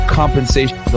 compensation